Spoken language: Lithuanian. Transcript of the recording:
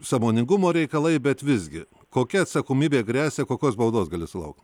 sąmoningumo reikalai bet visgi kokia atsakomybė gresia kokios baudos gali sulaukt